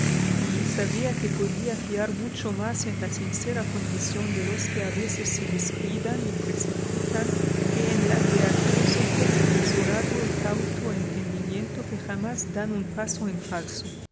y sabía que podía fiar mucho más en la sincera condición de los que a veces se descuidan y precipitan que en la de aquellos otros de mesurado y cauto entendimiento que jamás dan un paso en falso